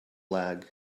lag